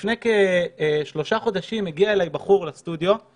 לפני כשלושה חודשים דיבר איתי בחור בטלפון